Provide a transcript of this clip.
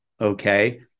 okay